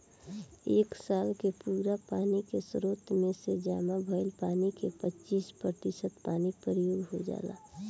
एक साल के पूरा पानी के स्रोत में से जामा भईल पानी के पच्चीस प्रतिशत पानी प्रयोग हो जाला